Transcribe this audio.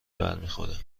برمیخوره